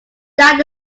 that